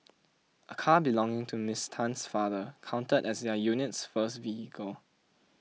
a car belonging to Ms Tan's father counted as their unit's first vehicle